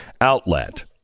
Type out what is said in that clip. outlet